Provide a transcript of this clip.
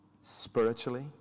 spiritually